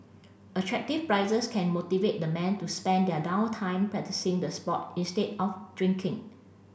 attractive prizes can motivate the men to spend their down time practising the sport instead of drinking